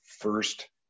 first